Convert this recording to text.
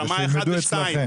רמה 1 ו-2 --- ושילמדו אצלכם.